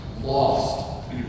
lost